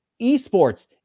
esports